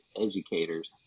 educators